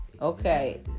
Okay